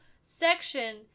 section